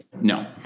No